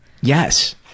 Yes